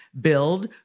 build